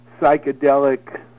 psychedelic